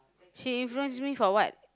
she influence me for what